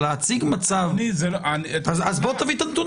תביא את הנתונים.